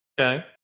Okay